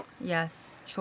yes